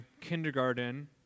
kindergarten